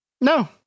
no